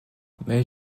mais